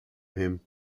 him